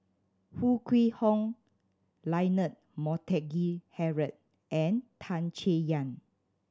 Foo Kwee Horng Leonard Montague Harrod and Tan Chay Yan